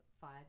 five